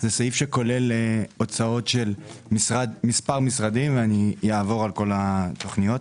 סעיף שכולל הוצאות של מספר משרדים ואני אעבור על כל התוכניות.